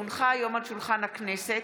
כי הונחו היום על שולחן הכנסת,